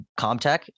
ComTech